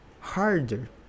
harder